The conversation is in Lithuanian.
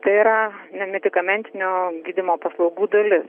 tai yra nemedikamentinio gydymo paslaugų dalis